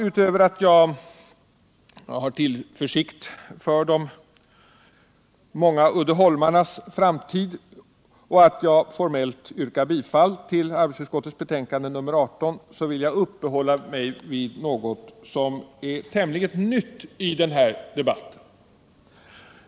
Utöver att jag vill framhålla att jag hyser tillförsikt för de många uddeholmarnas framtid och att jag formellt yrkar bifall till arbetsmarknadsutskottets hemställan i betänkandet nr 18 vill jag uppehålla mig vid något som är tämligen nytt i den här debatten.